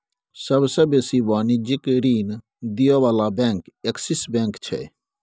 सबसे बेसी वाणिज्यिक ऋण दिअ बला बैंक एक्सिस बैंक छै